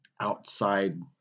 outside